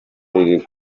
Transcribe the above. riri